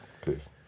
Please